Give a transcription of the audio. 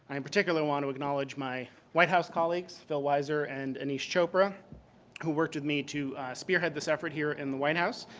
in particular, want to acknowledge my white house colleagues, phil weiser and and annese chopra who worked with me to spearhead this effort here in the white house.